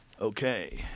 Okay